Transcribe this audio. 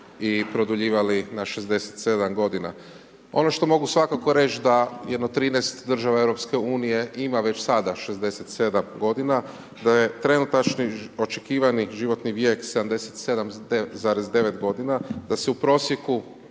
i produljivali na 67 godina. Ono što mogu svakako reć da jedno 13 država EU ima već sada 67 godina, da je trenutačni očekivani životni vijek 77,9 godina, da se u prosjeku